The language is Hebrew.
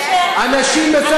הנשים לאשמות?